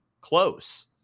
close